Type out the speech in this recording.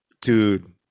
Dude